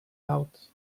out